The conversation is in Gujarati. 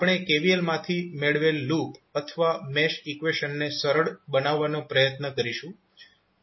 આપણે KVL માંથી મેળવેલ લૂપ અથવા મેશ ઈકવેશનને સરળ બનાવવાનો પ્રયત્ન કરીશું